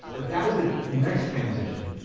but that was the next transition.